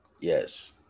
Yes